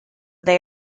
they